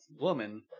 woman